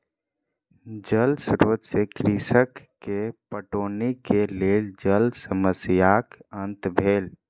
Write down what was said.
जल स्रोत से कृषक के पटौनी के लेल जल समस्याक अंत भेल